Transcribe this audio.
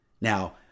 Now